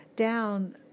down